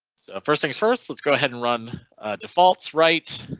so first things first let's go ahead and run defaults, right?